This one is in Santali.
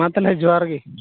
ᱢᱟ ᱛᱟᱦᱚᱞᱮ ᱡᱚᱦᱟᱨ ᱜᱮ